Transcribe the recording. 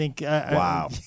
Wow